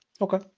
Okay